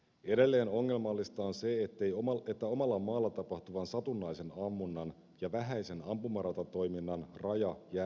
edelleen ongelmallista on se että omalla maalla tapahtuvan satunnaisen ammunnan ja vähäisen ampumaratatoiminnan raja jää erittäin hämäräksi